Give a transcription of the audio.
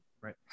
right